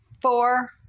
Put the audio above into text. four